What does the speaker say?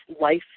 life